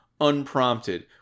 unprompted